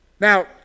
Now